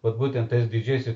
vat būtent tais didžiaisiai